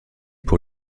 pour